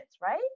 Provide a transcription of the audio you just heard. right